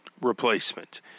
replacement